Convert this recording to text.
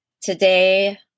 today